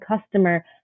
customer